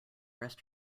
rest